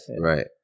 Right